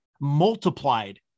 multiplied